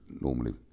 normally